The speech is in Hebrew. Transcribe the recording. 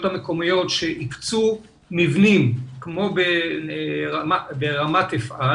המקומיות שהקצו מבנים כמו ברמת אפעל